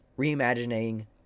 reimagining